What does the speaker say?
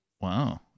Wow